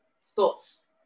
sports